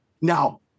Now